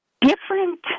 different